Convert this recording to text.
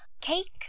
Cake